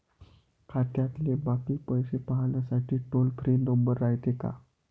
खात्यातले बाकी पैसे पाहासाठी टोल फ्री नंबर रायते का?